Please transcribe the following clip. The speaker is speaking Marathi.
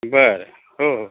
बर हो हो